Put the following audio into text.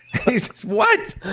says, what?